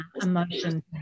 emotion